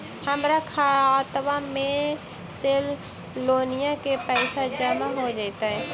हमर खातबा में से लोनिया के पैसा जामा हो जैतय?